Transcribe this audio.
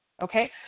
Okay